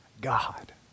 God